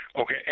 Okay